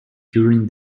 during